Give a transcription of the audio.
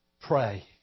pray